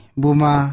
buma